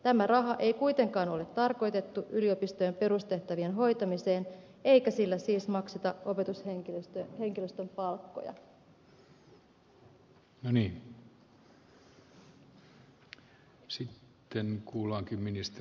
tämä raha ei kuitenkaan ole tarkoitettu yliopistojen perustehtävien hoitamiseen eikä sillä siis makseta opetushenkilöstön palkkoja